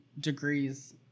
degrees